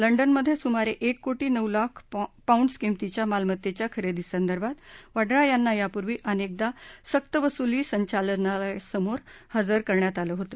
लंडनमध्ये सुमारे एक कोटी नऊ लाख पौंड्स किमतीच्या मालमत्तेच्या खरेदीसंदर्भात वड्रा यापूर्वी अनेकदा सक्तवसुली संचालनालयासमोर हजर झाले आहेत